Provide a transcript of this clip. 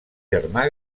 germà